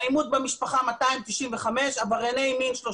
אלימות במשפחה 295, עברייני מין 33,